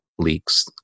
leaks